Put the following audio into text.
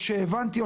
או שהבנתי,